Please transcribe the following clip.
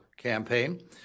campaign